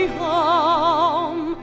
home